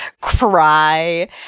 cry